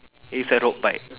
it's a road bike